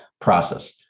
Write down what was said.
process